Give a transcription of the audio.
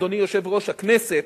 אדוני יושב-ראש הכנסת,